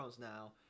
now